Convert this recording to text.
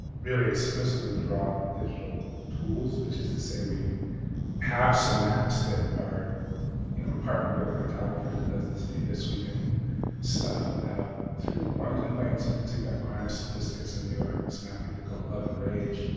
really explicitly draw on digital tools which is to say we have, some maps that are you know we partnered with a cartographer who does this data sweeping stuff about three hundred and eleven complaints in particular on crime statistics in new york. this map we did called love and rage.